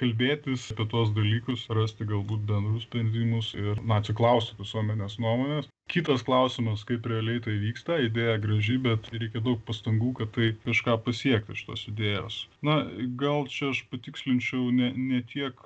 kalbėtis apie tuos dalykus rasti galbūt bendrus sprendimus ir na atsiklaust visuomenės nuomonės kitas klausimas kaip realiai tai vyksta idėja graži bet reikia daug pastangų kad tai kažką pasiekti iš tos idėjos na gal čia aš patikslinčiau ne ne tiek